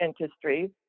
industries